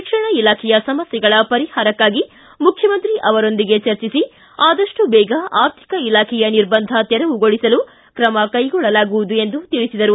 ಶಿಕ್ಷಣ ಇಲಾಖೆಯ ಸಮಸ್ಥೆಗಳ ಪರಿಹಾರಕ್ಕಾಗಿ ಮುಖ್ಯಮಂತ್ರಿ ಅವರೊಂದಿಗೆ ಚರ್ಚಿಸಿ ಆದಷ್ಟು ಬೇಗ ಆರ್ಥಿಕ ಇಲಾಖೆಯ ನಿರ್ಬಂಧ ತೆರವುಗೊಳಿಸಲು ಕ್ರಮ ಕೈಗೊಳ್ಳಲಾಗುವುದು ಎಂದು ತಿಳಿಸಿದರು